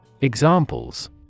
Examples